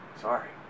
Sorry